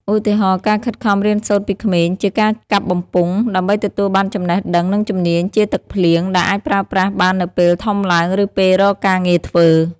ឧទាហរណ៍ ការខិតខំរៀនសូត្រពីក្មេង (ជាការកាប់បំពង់) ដើម្បីទទួលបានចំណេះដឹង និងជំនាញ (ជាទឹកភ្លៀង) ដែលអាចប្រើប្រាស់បាននៅពេលធំឡើង ឬពេលរកការងារធ្វើ។